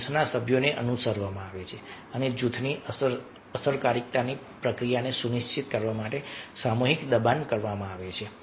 જૂથના સભ્યોને અનુસરવામાં આવે છે અને જૂથની અસરકારકતાની પ્રક્રિયાને સુનિશ્ચિત કરવા માટે સામૂહિક દબાણ કરવામાં આવે છે